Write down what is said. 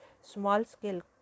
small-scale